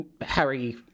Harry